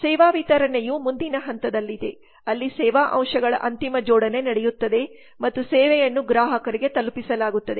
ಸೇವಾ ವಿತರಣೆಯು ಮುಂದಿನ ಹಂತದಲ್ಲಿದೆ ಅಲ್ಲಿ ಸೇವಾ ಅಂಶಗಳ ಅಂತಿಮ ಜೋಡಣೆ ನಡೆಯುತ್ತದೆ ಮತ್ತು ಸೇವೆಯನ್ನು ಗ್ರಾಹಕರಿಗೆ ತಲುಪಿಸಲಾಗುತ್ತದೆ